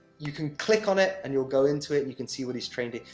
you can click on it, and you'll go into it, and you can see what he's trading.